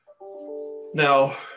Now